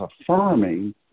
affirming